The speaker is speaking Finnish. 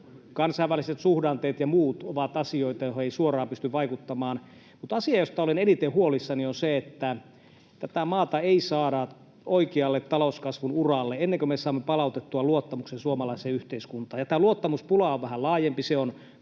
kansainväliset suhdanteet ja muut ovat asioita, joihin ei suoraan pysty vaikuttamaan. Asia, josta olen eniten huolissani, on se, että tätä maata ei saada oikealle talouskasvun uralle ennen kuin me saamme palautettua luottamuksen suomalaiseen yhteiskuntaan. Ja tämä luottamuspula on vähän laajempi,